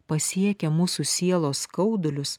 pasiekia mūsų sielos skaudulius